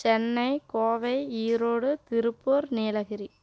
Chennai Kovai Erode Tiruppur Nilgiri